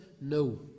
No